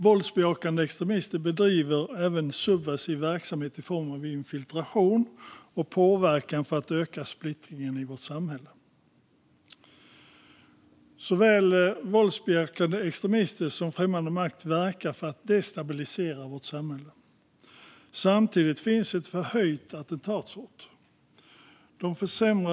Våldsbejakande extremister bedriver även subversiv verksamhet i form av infiltration och påverkan för att öka splittringen i vårt samhälle. Såväl våldsbejakande extremister som främmande makt verkar för att destabilisera samhället. Samtidigt finns ett förhöjt attentatshot.